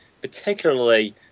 particularly